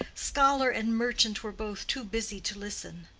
scholar and merchant were both too busy to listen.